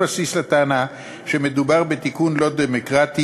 אין בסיס לטענה שמדובר בתיקון לא דמוקרטי